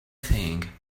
thing